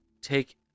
take